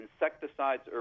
insecticides